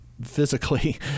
physically